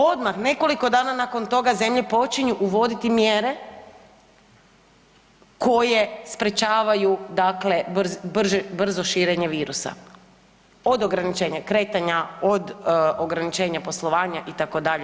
Odmah nekoliko dana nakon toga zemlje počinju uvoditi mjere koje sprečavaju dakle brzo širenje virusa od ograničenja kretanja, od ograničenja poslovanja itd.